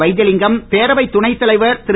வைத்திலிங்கம் பேரவைத் துணை தலைவர் திரு